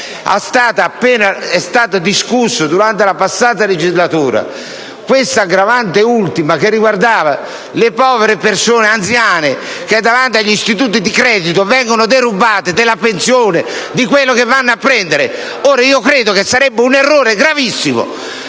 è stata discussa proprio durante la passata legislatura; essa riguardava le povere persone anziane che, davanti agli istituti di credito, vengono derubate della pensione o di quello che vanno a prelevare. Credo che sarebbe un errore gravissimo